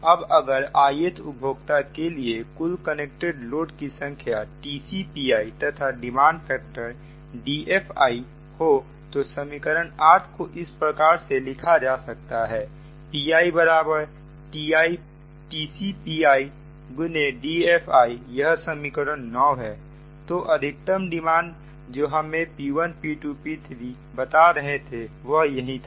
अब अगर i th उपभोक्ता के लिए कुल कनेक्टेड लोड की संख्या TCPi तथा डिमांड फैक्टर DFi हो तो समीकरण 8 को इस प्रकार से लिखा जा सकता है pi Tc pi × DFi यह समीकरण 9 है तो अधिकतम डिमांड जो हमें P1 P2 P3 बता रहे थे वह यही था